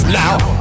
now